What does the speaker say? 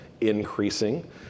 increasing